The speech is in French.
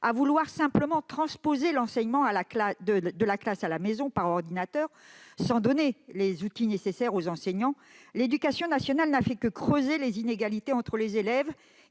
En voulant simplement transposer l'enseignement de la classe à la maison par le biais de l'ordinateur, sans donner les outils nécessaires aux enseignants, l'éducation nationale n'a fait que creuser les inégalités entre les élèves